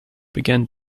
began